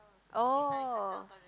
oh